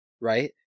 right